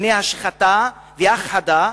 מפני השחתה והכחדה,